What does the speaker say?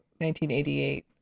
1988